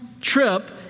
trip